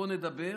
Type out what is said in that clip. בוא נדבר,